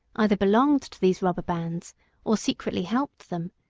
either belonged to these robber bands or secretly helped them,